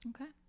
Okay